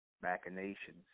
machinations